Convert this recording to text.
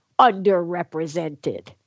underrepresented